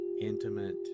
intimate